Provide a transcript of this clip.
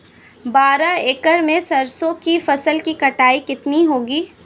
बारह एकड़ में सरसों की फसल की कटाई कितनी होगी?